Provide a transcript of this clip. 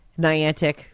Niantic